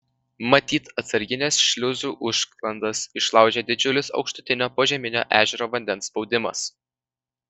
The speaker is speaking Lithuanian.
matyt atsargines šliuzų užsklandas išlaužė didžiulis aukštutinio požeminio ežero vandens spaudimas